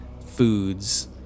foods